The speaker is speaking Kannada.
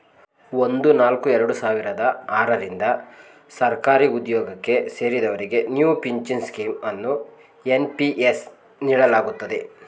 ಒಂದು ನಾಲ್ಕು ಎರಡು ಸಾವಿರದ ಆರ ರಿಂದ ಸರ್ಕಾರಿಉದ್ಯೋಗಕ್ಕೆ ಸೇರಿದವರಿಗೆ ನ್ಯೂ ಪಿಂಚನ್ ಸ್ಕೀಂ ಅನ್ನು ಎನ್.ಪಿ.ಎಸ್ ನೀಡಲಾಗುತ್ತದೆ